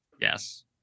Yes